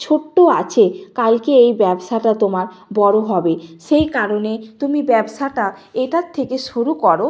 ছোট্টো আছে কালকে এই ব্যবসাটা তোমার বড় হবে সেই কারণে তুমি ব্যবসাটা এটার থেকে শুরু করো